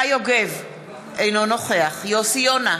אינו נוכח יוסי יונה,